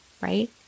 right